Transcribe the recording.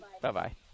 Bye-bye